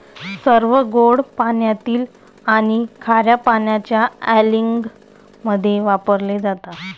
सर्व गोड पाण्यातील आणि खार्या पाण्याच्या अँलिंगमध्ये वापरले जातात